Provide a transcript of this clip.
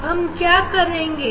अब हम क्या करेंगे